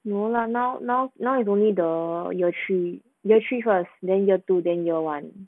no lah now now now you don't need the year three year three first then you have to then year one